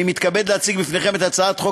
אני מתכבד להציג בפניכם את הצעת חוק